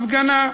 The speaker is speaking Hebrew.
הפגנה,